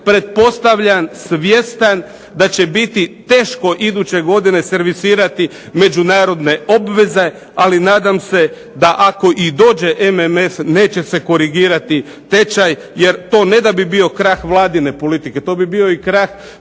pretpostavljam svjestan da će biti teško iduće godine servisirati međunarodne obveze. Ali nadam se da ako i dođe MMF neće se korigirati tečaj jer to ne da bi bio krah vladine politike, to bi bio i krah